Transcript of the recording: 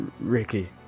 ricky